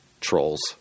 trolls